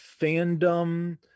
fandom